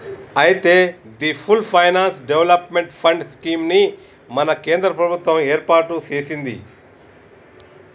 అయితే the full finance development fund scheme ని మన కేంద్ర ప్రభుత్వం ఏర్పాటు సెసింది